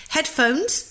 Headphones